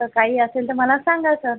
तर काही असेल तर मला सांगा सर